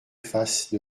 faste